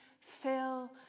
fill